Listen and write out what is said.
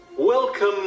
Welcome